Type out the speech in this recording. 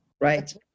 Right